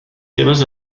seues